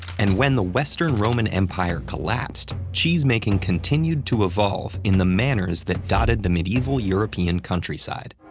and when the western roman empire collapsed, cheesemaking continued to evolve in the manors that dotted the medieval european countryside.